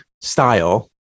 style